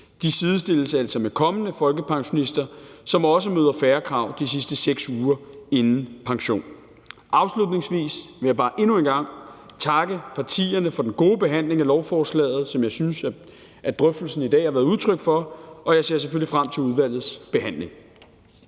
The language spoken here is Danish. De sidestilles altså med kommende folkepensionister, som også møder færre krav de sidste 6 uger inden pension. Afslutningsvis vil jeg bare endnu en gang takke partierne for den gode behandling af lovforslaget, som jeg synes at drøftelsen i dag har været udtryk for, og jeg ser selvfølgelig frem til udvalgets behandling.